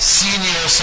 senior